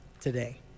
today